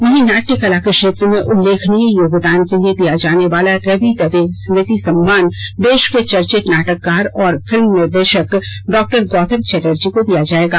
वहीं नाट्य कला के क्षेत्र में उल्लेखनीय योगदान के लिए दिया जाने वाला रवि दवे स्मृति सम्मान देश के चर्चित नाटककार और फिल्म निर्देशक डॉ गौतम चटर्जी को दिया जाएगा